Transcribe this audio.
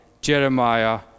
Jeremiah